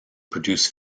produce